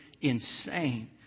insane